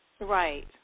Right